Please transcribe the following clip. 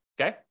okay